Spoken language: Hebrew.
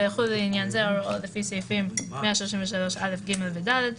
ויחולו לעניין זה ההוראות לפי סעיפים 133א(ג) ו-(ד),